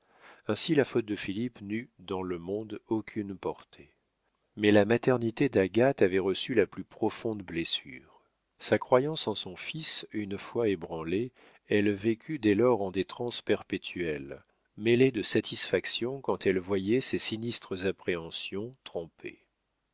ainsi la faute de philippe n'eut dans le monde aucune portée mais la maternité d'agathe avait reçu la plus profonde blessure sa croyance en son fils une fois ébranlée elle vécut dès lors en des transes perpétuelles mêlées de satisfactions quand elle voyait ses sinistres appréhensions trompées